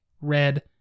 red